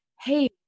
hey